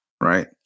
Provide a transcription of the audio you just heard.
right